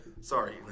Sorry